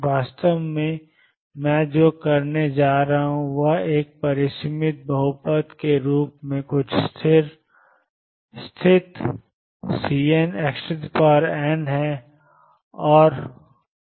वास्तव में मैं जो करने जा रहा हूं वह एक परिमित बहुपद के रूप में कुछ स्थिर Cn xn है और देखें कि क्या होता है